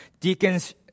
Deacons